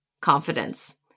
confidence